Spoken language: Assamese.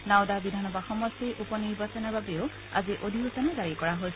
নাওডা বিধানসভা সমষ্টিৰ উপ নিৰ্বাচনৰ বাবেও আজি অধিসূচনা জাৰি কৰা হৈছে